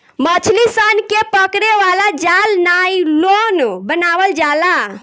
मछली सन के पकड़े वाला जाल नायलॉन बनावल जाला